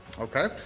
Okay